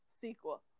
sequel